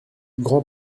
grand